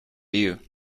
you